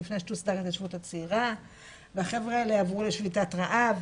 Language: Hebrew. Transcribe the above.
לפני שתוסדר ההתיישבות הצעירה - והחבר'ה האלו עברו לשביתת רעב,